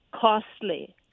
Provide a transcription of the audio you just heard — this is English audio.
costly